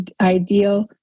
ideal